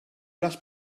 les